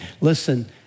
listen